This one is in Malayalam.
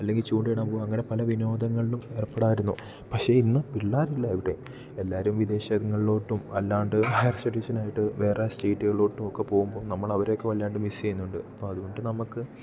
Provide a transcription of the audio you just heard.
അല്ലെങ്കിൽ ചൂണ്ട ഇടാൻ പോവുക അങ്ങനെ പല വിനോദങ്ങളിലും ഏർപ്പെടാമായിരുന്നു പക്ഷെ ഇന്ന് പിള്ളാരില്ല ഇവിടെ എല്ലാവരും വിദേശങ്ങളിലോട്ടും അല്ലാതെ ഹയർ സ്റ്റഡീസിന് ആയിട്ട് വേറെ സ്റ്റേറ്റുകളിലോട്ടൊക്കെ പോവുമ്പം നമ്മൾ അവരെയൊക്കെ വല്ലാതെ മിസ്സ് ചെയ്യുന്നുണ്ട് അപ്പം അതുകൊണ്ട് നമ്മൾക്ക്